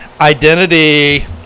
identity